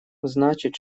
значит